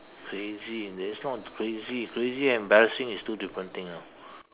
crazy in there it's not crazy crazy and embarrassing is two different thing you know